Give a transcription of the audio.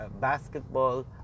basketball